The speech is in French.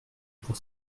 pour